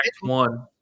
One